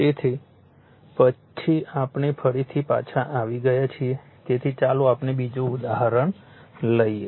તેથી પછી આપણે ફરીથી પાછા આવીગયા છીએ તેથી ચાલો આપણે બીજું ઉદાહરણ લઈએ